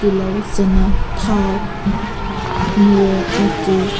ꯇꯤꯜꯍꯧ ꯆꯅꯝ ꯊꯥꯎ ꯃꯣꯔꯣꯛ ꯃꯆꯨ